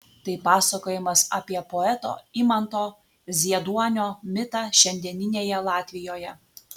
tai pasakojimas apie poeto imanto zieduonio mitą šiandieninėje latvijoje